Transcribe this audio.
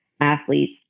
athlete's